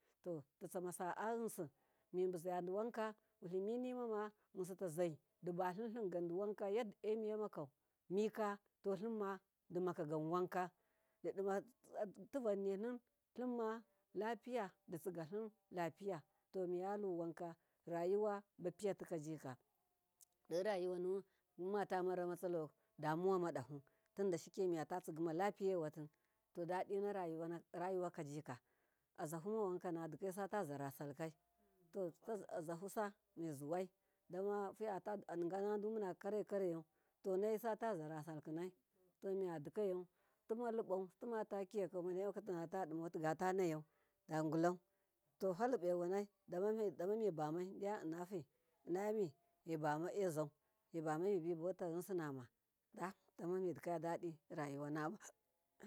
Totatsama sa a ayinsi mibuzayadi wanka wuliminima yinsitazai yadda emiye makautaze dimaka gan wanida didimma tuvannilim lapiya ditsigalim lapiya, tomiyaluwanka rayuwaba piatikajika dorayuwanuwun mummata maramatsalau tinshiku miyatatsigima lapiyewati, to dadinarayu wakajika azzamumawankana nesata zara salkai to azafusami zuwai adiganada manakarya karyau to ne satazara salkai tomiyadi kayau tima libau timatakiyau digate nay au, da gwulau to falibewanai dama mibamai deyamma innafi mibama ezau mibama mibi bauta yinsi nama midika yau rayuwa nama.